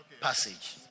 passage